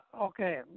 Okay